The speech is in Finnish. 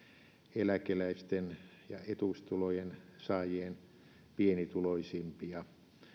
eläkeläisten ja etuustulojen saajien pienituloisimpia